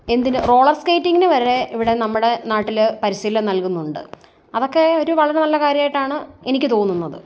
എന്തിന് റോളർ സ്കേറ്റിങിന് വരെ ഇവിടെ നമ്മുടെ നാട്ടിൽ പരിശീലനം നൽകുന്നുണ്ട് അതൊക്കെ ഒരു വളരെ നല്ല കാര്യമായിട്ടാണ് എനിക്ക് തോന്നുന്നത്